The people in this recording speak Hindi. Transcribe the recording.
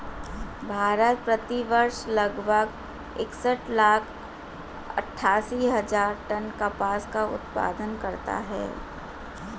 भारत, प्रति वर्ष लगभग इकसठ लाख अट्टठासी हजार टन कपास का उत्पादन करता है